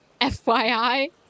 FYI